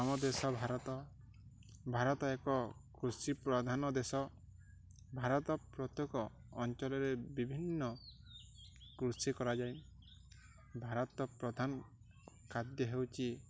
ଆମ ଦେଶ ଭାରତ ଭାରତ ଏକ କୃଷି ପ୍ରଧାନ ଦେଶ ଭାରତ ପ୍ରତ୍ୟେକ ଅଞ୍ଚଳରେ ବିଭିନ୍ନ କୃଷି କରାଯାଏ ଭାରତ ପ୍ରଧାନ ଖାଦ୍ୟ ହେଉଛି